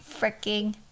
freaking